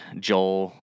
Joel